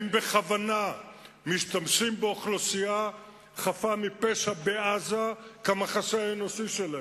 הם בכוונה משתמשים באוכלוסייה חפה מפשע בעזה כמחסה האנושי שלהם.